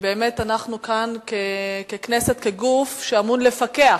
שאנחנו כאן ככנסת, כגוף שאמור לפקח